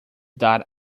dar